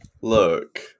Look